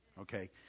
Okay